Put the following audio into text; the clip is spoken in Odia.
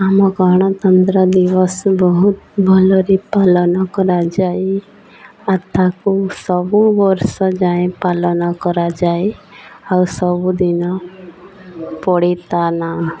ଆମ ଗଣତନ୍ତ୍ର ଦିବସ ବହୁତ ଭଲରେ ପାଳନ କରାଯାଏ ତାକୁ ସବୁ ବର୍ଷ ଯାଏ ପାଳନ କରାଯାଏ ଆଉ ସବୁଦିନ ପଡ଼ିଥାଏ